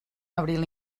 abril